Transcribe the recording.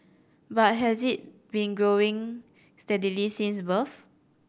but has it been growing steadily since birth